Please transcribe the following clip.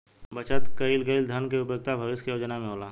बचत कईल गईल धन के उपयोगिता भविष्य के योजना में होला